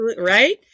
Right